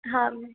હા